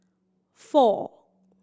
four